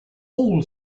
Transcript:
all